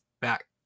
back